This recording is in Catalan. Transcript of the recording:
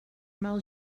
mal